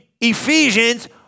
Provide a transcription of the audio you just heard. Ephesians